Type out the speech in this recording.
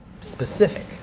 specific